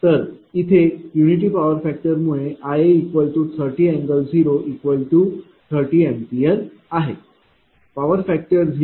तर इथे unity power factor मुळे iA30∠0°30 A आहे पॉवर फॅक्टर 0